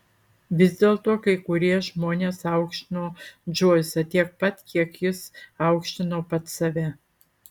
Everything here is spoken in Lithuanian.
vis dėlto kai kurie žmonės aukštino džoisą tiek pat kiek jis aukštino pats save